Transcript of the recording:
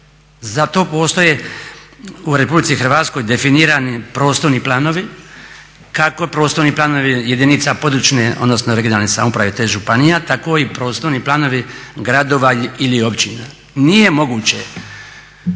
Za to postoje u RH definirani prostorni planovi kako prostorni planovi jedinica područne odnosno regionalne samouprave tih županija tako i prostorni planovi gradova ili općina. Nije moguće